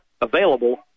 available